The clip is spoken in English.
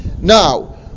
now